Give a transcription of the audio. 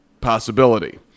possibility